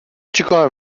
چیکار